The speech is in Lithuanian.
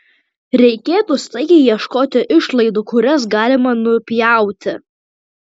reikėtų staigiai ieškoti išlaidų kurias galima nupjauti